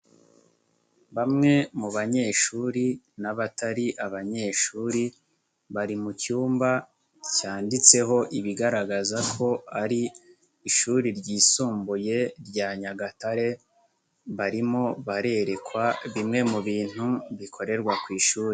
Bamwe mu abanyeshuri n'abatari abanyeshuri bari mucyumba cyanditseho ibigaragazako ari ishuri ryisumbuye rya Nyagatare, barimo barerekwa bimwe mu ibintu bikorerwa ku ishuri.